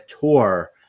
tour